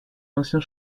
ancien